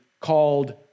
called